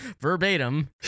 Verbatim